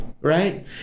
Right